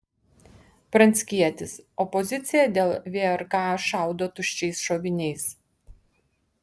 pranckietis opozicija dėl vrk šaudo tuščiais šoviniais